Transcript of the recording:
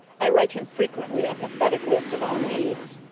i write him frequently a pathetic list of our needs.